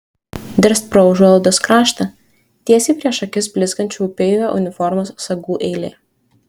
dirst pro užuolaidos kraštą tiesiai prieš akis blizgančių upeivio uniformos sagų eilė